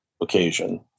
occasion